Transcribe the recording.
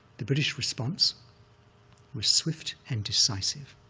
the british response was swift and decisive.